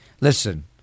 Listen